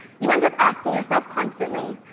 you end up asking yourself constantly,